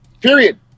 Period